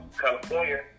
California